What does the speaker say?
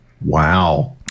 Wow